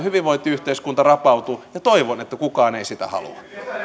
hyvinvointiyhteiskunta rapautuu ja toivon että kukaan ei sitä halua